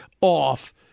off